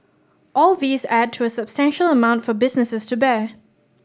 all these add to a substantial amount for businesses to bear